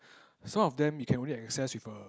some of them you can only access with a